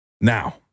Now